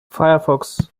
firefox